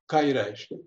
ką ji reiškia